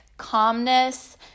calmness